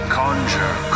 conjure